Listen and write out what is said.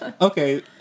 Okay